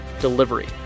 delivery